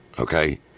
Okay